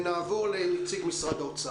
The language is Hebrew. ונעבור לנציג משרד האוצר.